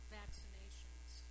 vaccinations